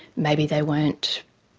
maybe they weren't